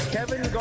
Kevin